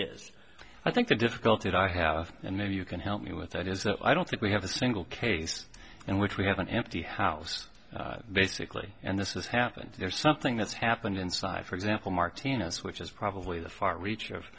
is i think the difficulty i have and maybe you can help me with that is that i don't think we have a single case in which we have an empty house basically and this has happened there's something that's happened inside for example martinez which is probably the far reach of